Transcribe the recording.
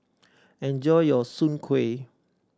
enjoy your Soon Kuih